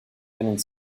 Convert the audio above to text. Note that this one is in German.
einen